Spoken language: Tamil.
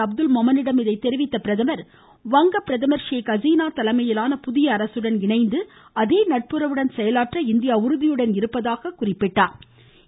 அப்துல் மொமனிடம் இதை தெரிவித்த பிரதமர் வங்க பிரதமர் ஷேக் ஹசீனா தலைமையிலான புதிய அரசுடன் இணைந்து அதே நட்புறவுடன் செயலாற்ற இந்தியா உறுதியுடன் இருப்பதாக குறிப்பிட்டார்